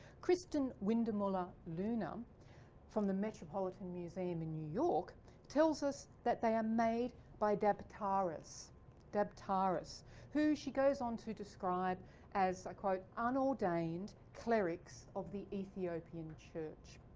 kristen wundamulla luna from the metropolitan museum in new york tells us that they are made by dabtaras dabtaras who she goes on to describe as i quote unordained clerics of the ethiopian church.